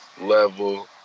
level